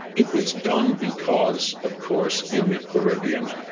it was done because, of course, in the caribbean.